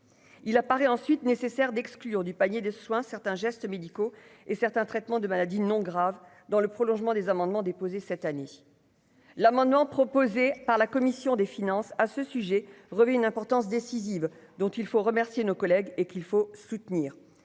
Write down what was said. il apparaît ensuite nécessaire d'exclure du panier de soins, certains gestes médicaux et certains traitements de maladies non grave dans le prolongement des amendements déposés cette année l'amendement proposé par la commission des finances à ce sujet revêt une importance décisive dont il faut remercier nos collègues et qu'il faut soutenir